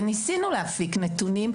וניסינו להפיק נתונים,